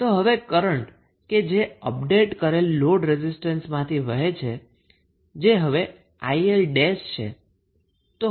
તો હવે કરન્ટ કે જે અપડેટ કરેલા લોડ રેઝિસ્ટરમાંથી વહે છે જે હવે 𝐼𝐿' છે